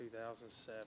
2007